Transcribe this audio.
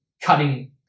cutting